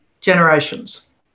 generations